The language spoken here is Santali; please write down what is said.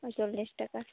ᱪᱚᱞᱤᱥ ᱴᱟᱠᱟ